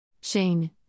Shane